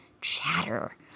chatter